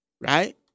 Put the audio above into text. Right